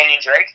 Drake